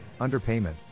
underpayment